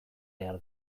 behar